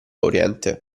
oriente